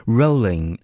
rolling